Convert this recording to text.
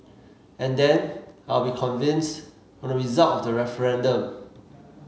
and then I will be convinced from the result of that referendum